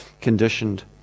conditioned